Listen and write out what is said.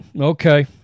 Okay